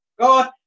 God